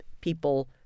people